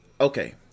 okay